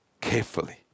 carefully